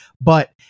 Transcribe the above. But-